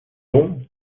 don